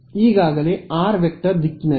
ಈಗಾಗಲೇ rˆ ದಿಕ್ಕಿನಲ್ಲಿ